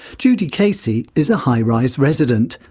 judy casey is a high-rise resident.